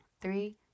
Three